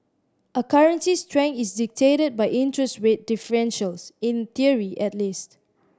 a currency's strength is dictated by interest rate differentials in theory at least